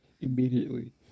Immediately